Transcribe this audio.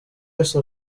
wese